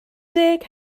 deg